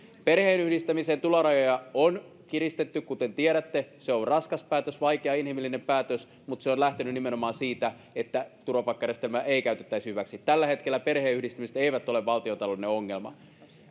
perheen yhdistämisen tulorajoja on kiristetty kuten tiedätte se on ollut raskas päätös vaikea inhimillinen päätös mutta se on lähtenyt nimenomaan siitä että turvapaikkajärjestelmää ei käytettäisi hyväksi tällä hetkellä perheen yhdistämiset eivät ole valtiontaloudellinen ongelma